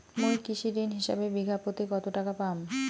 মুই কৃষি ঋণ হিসাবে বিঘা প্রতি কতো টাকা পাম?